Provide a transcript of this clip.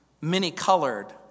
many-colored